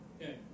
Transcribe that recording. Okay